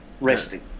resting